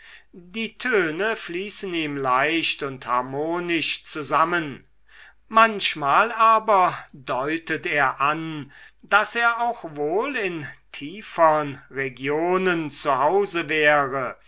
die töne fließen ihm leicht und harmonisch zusammen manchmal aber deutet er an daß er auch wohl in tiefern regionen zu hause wäre